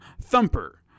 Thumper